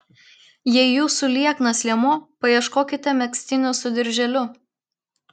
jei jūsų lieknas liemuo paieškokite megztinių su dirželiu